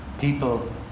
people